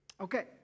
Okay